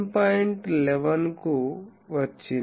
11 కు వచ్చింది